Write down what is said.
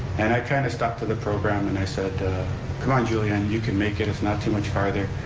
and i kind of stuck to the program and i said, come on julianne, you can make it, it's not too much farther,